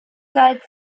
seit